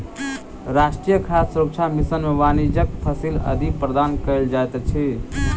राष्ट्रीय खाद्य सुरक्षा मिशन में वाणिज्यक फसिल आदि प्रदान कयल जाइत अछि